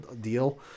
deal